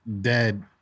Dead